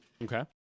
Okay